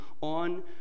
on